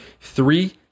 Three